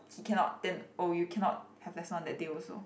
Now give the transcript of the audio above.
he cannot then oh you cannot have lesson on that day also